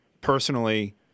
personally